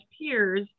peers